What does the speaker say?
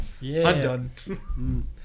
Undone